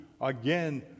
again